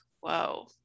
whoa